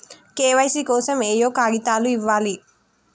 KYC కోసం ఏయే కాగితాలు ఇవ్వాలి?